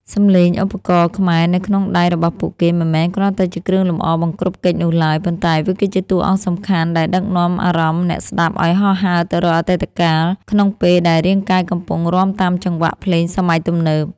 សំឡេងឧបករណ៍ខ្មែរនៅក្នុងដៃរបស់ពួកគេ មិនមែនគ្រាន់តែជាគ្រឿងលម្អបង្គ្រប់កិច្ចនោះឡើយ ប៉ុន្តែវាគឺជាតួអង្គសំខាន់ដែលដឹកនាំអារម្មណ៍អ្នកស្តាប់ឱ្យហោះហើរទៅរកអតីតកាល ក្នុងពេលដែលរាងកាយកំពុងរាំតាមចង្វាក់ភ្លេងសម័យទំនើប។